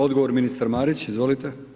Odgovor ministar Marić, izvolite.